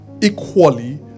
equally